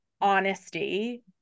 honesty